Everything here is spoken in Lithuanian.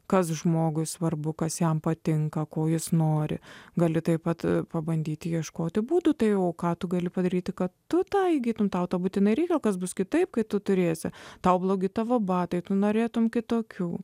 kas žmogui svarbu kas jam patinka ko jis nori gali taip pat pabandyti ieškoti būdų tai ką tu gali padaryti kad tu tai įgytumei tau to būtinai reikia kas bus kitaip kai tu turėsi tau blogi tavo batai tu norėtumei kitokių